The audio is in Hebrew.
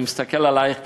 אני מסתכל עלייך,